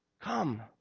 Come